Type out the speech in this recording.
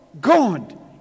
God